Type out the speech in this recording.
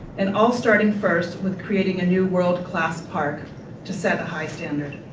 and all starting first with creating a new world class park to set a high standard.